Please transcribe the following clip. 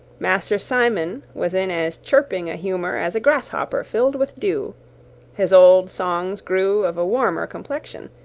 master simon was in as chirping a humour as a grasshopper filled with dew his old songs grew of a warmer complexion,